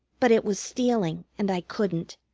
but it was stealing, and i couldn't.